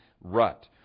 rut